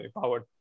powered